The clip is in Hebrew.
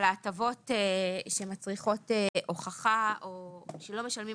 על ההטבות שמצריכות הוכחה או שלא משלמים